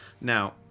Now